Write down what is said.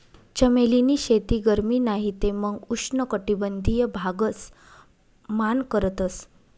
चमेली नी शेती गरमी नाही ते मंग उष्ण कटबंधिय भागस मान करतस